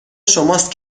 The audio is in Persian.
شماست